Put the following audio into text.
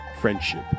Friendship